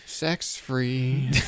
Sex-free